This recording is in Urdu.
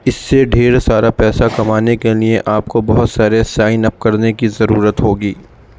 اس سے ڈھیر سارا پیسہ کمانے کے لیے آپ کو بہت سارے سائن اپ کرنے کی ضرورت ہوگی